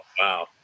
Wow